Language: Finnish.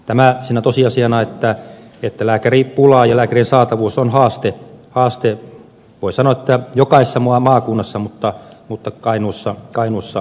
tämä sinä tosiasiana että lääkäripula ja lääkärien saatavuus on haaste voi sanoa että jokaisessa maakunnassa mutta kainuussa myös